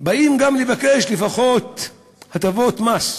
באים גם לבקש לפחות הטבות מס,